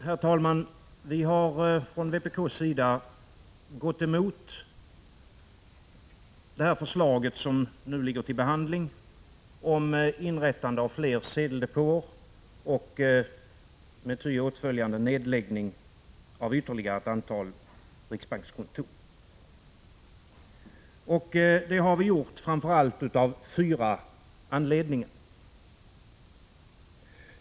Herr talman! Vi från vpk:s sida har gått emot det förslag om inrättande av fler sedeldepåer med ty åtföljande nedläggning av ytterligare ett antal riksbankskontor som nu föreligger till behandling. Det har vi gjort av framför allt fyra anledningar.